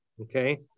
Okay